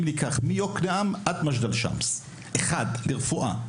אם ניקח מיוקנעם עד מג'דל שמס אחד לרפואה,